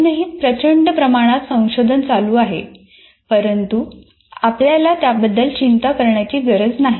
अजूनही प्रचंड प्रमाणात संशोधन चालू आहे परंतु आपल्याला त्याबद्दल चिंता करण्याची गरज नाही